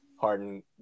Harden